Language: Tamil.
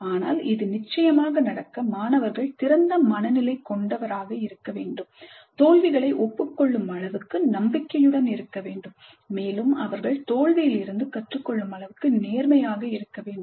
ஆனால் இது நிச்சயமாக நடக்க மாணவர்கள் திறந்த மனநிலை கொண்டவராக இருக்க வேண்டும் தோல்விகளை ஒப்புக் கொள்ளும் அளவுக்கு நம்பிக்கையுடன் இருக்க வேண்டும் மேலும் அவர்கள் தோல்வியிலிருந்து கற்றுக்கொள்ளும் அளவுக்கு நேர்மையாக இருக்க வேண்டும்